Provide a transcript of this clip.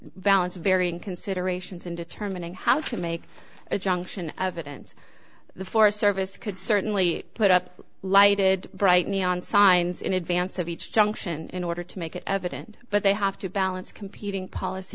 balance varying considerations in determining how to make a junction of it and the forest service could certainly put up lighted bright neon signs in advance of each junction in order to make it evident but they have to balance competing policy